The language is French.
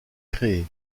créé